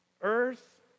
earth